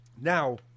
now